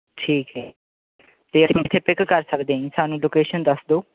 ਠੀਕ ਹੈ ਅਤੇ ਅਸੀਂ ਪਿਕ ਕਰ ਸਕਦੇ ਹਾਂ ਜੀ ਸਾਨੂੰ ਲੋਕੇਸ਼ਨ ਦੱਸ ਦਿਓ